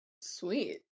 Sweet